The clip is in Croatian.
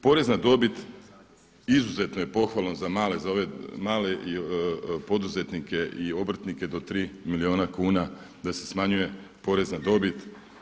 Porez na dobit, izuzetno je pohvalno za ove male poduzetnike i obrtnike do 3 milijuna kuna da se smanjuje porez na dobit.